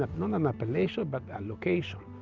ah not an appellation but a location. ah,